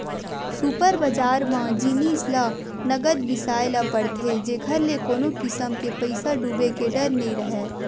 super बजार म जिनिस ल नगद बिसाए ल परथे जेखर ले कोनो किसम ले पइसा डूबे के डर नइ राहय